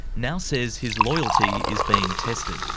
now says his loyalty is being tested.